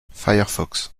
firefox